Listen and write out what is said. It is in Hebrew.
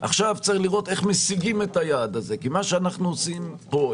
עכשיו צריך איך משיגים את היעד הזה כי מה שאנחנו עושים כאן,